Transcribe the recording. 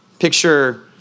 Picture